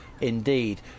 indeed